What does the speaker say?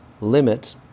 limit